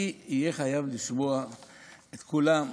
אני אהיה חייב לשמוע את כולם,